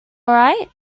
right